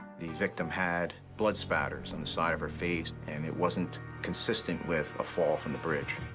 the victim had blood spatters on the side of her face, and it wasn't consistent with a fall from the bridge.